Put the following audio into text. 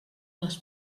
les